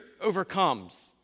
overcomes